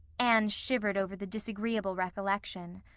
anne shivered over the disagreeable recollection.